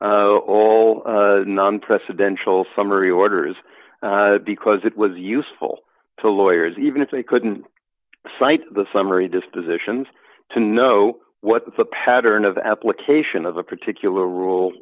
of all non presidential summary orders because it was useful to lawyers even if they couldn't cite the summary dispositions to know what the pattern of application of a particular rule